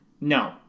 No